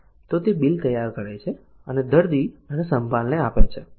તે બિલ તૈયાર કરે છે અને દર્દી અને સંભાળ આપનારને આપે છે